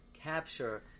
capture